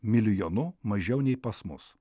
milijonu mažiau nei pas mus